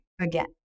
Again